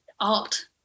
art